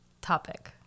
topic